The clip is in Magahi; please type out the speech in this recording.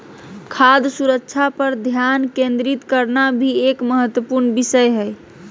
खाद्य सुरक्षा पर ध्यान केंद्रित करना भी एक महत्वपूर्ण विषय हय